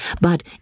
but